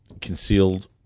concealed